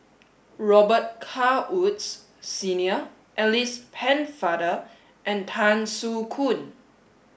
Robet Carr Woods Senior Alice Penne father and Tan Soo Khoon